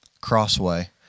Crossway